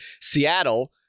Seattle